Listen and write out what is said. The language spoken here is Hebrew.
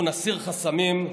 אנחנו נסיר חסמים,